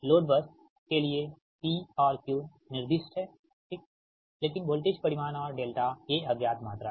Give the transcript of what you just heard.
load bus के लिए P और Q निर्दिष्ट हैं ठीक लेकिन वोल्टेज परिमाण और ये अज्ञात मात्रा हैं